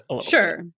Sure